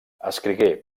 escrigué